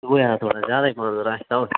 صُبحٲے آسان تھوڑا زیادے پَہمَتھ حظ رش تَوے